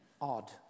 odd